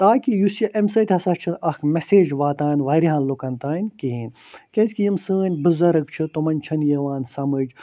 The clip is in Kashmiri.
تاکہِ یُس یہِ اَمہِ سۭتۍ ہَسا چھِ اکھ میٚسیج واتان واریاہَن لُکَن تانۍ کِہیٖنٛۍ کیٛازکہِ یِم سٲنۍ بُزرگ چھِ تِمن چھِ نہٕ یِوان سمجھ